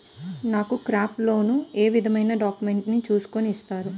నాకు crop loan ఏ విధమైన డాక్యుమెంట్స్ ను చూస్కుని ఇస్తారు?